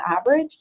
average